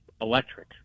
electric